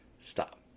stop